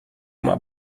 uma